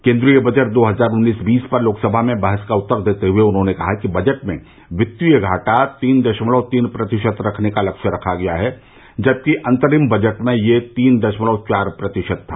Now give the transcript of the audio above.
केंद्रीय बजट दो हजार उन्नीसबीस पर लोकसभा में बहस का उत्तर देते हुए उन्होंने कहा कि बजट में वित्तीय घाटा तीन दशमलव तीन प्रतिशत रखने का लक्ष्य रखा गया है जबकि अंतरिम बजट में यह तीन दशमलव चार प्रतिशत था